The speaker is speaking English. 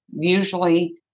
Usually